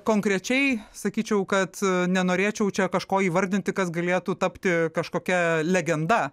konkrečiai sakyčiau kad nenorėčiau čia kažko įvardinti kas galėtų tapti kažkokia legenda